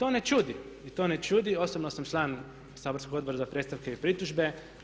I to ne čudi, i to ne čudi, osobno sam član saborskog Odbora za predstavke i pritužbe.